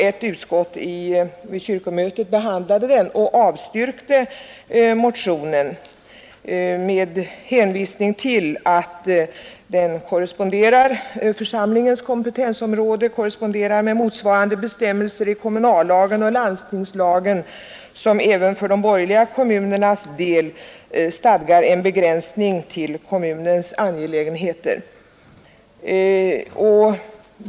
Ett utskott vid kyrkomötet behandlade motionerna och avstyrkte desamma med hänvisning till att bestämmelserna om församlings kompetensområde korresponderar med motsvarande bestämmelser i kommunallagen och landstingslagen, som även för de borgerliga kommunernas del stadgar en begränsning till kommunens angelägenheter.